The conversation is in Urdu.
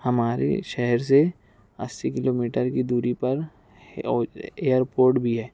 ہمارے شہر سے اسی کلو میٹر کی دوری پر ایئرپوٹ بھی ہے